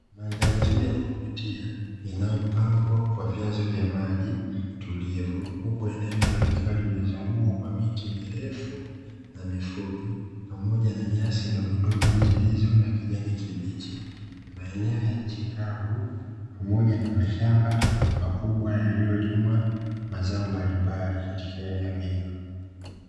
Mandhari nzuri ya kuvutia inayopambwa kwa vyanzo vya maji tulivu, huku eneo hilo likiwa limezungukwa miti mirefu na mifupi pamoja na nyasi ndogondogo zilizo na kijani kibichi. Maeneo ya nchi kavu pamoja na mashamba makubwa yaliyolimwa mazao mbalimbali katika eneo hilo.